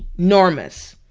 enormous.